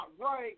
right